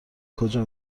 کجا